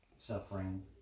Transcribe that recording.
suffering